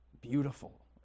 beautiful